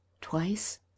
twice